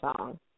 song